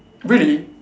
really